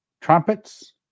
trumpets